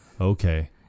Okay